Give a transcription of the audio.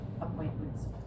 appointments